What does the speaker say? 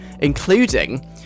including